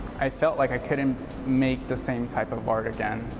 i felt like i couldn't make the same type of art again,